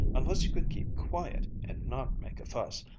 unless you can keep quiet, and not make a fuss.